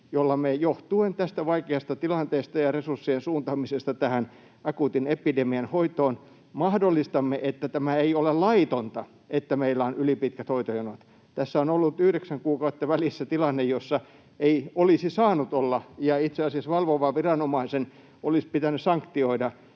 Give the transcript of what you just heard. jolla me, johtuen tästä vaikeasta tilanteesta ja resurssien suuntaamisesta tähän akuutin epidemian hoitoon, mahdollistamme, että se ei ole laitonta, että meillä on ylipitkät hoitojonot. Tässä on ollut yhdeksän kuukautta välissä tilanne, jossa ei olisi saanut olla, ja itse asiassa valvovan viranomaisen olisi pitänyt sanktioida